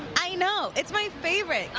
i know. it's my favorite.